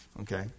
okay